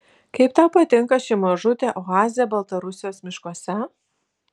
kaip tau patinka ši mažutė oazė baltarusijos miškuose